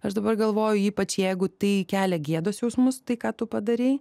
aš dabar galvoju ypač jeigu tai kelia gėdos jausmus tai ką tu padarei